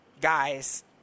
guys